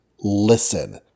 listen